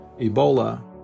ebola